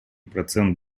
процент